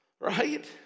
right